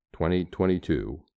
2022